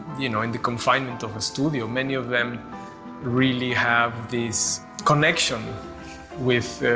you know, in the confinement of a studio. many of them really have this connection with,